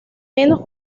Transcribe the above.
menos